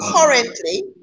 currently